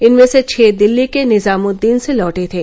इनमें से छह दिल्ली के निजामुददीन से लौटे थे